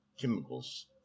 chemicals